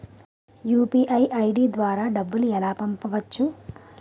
UPI ID ద్వారా డబ్బులు ఎలా పంపవచ్చు?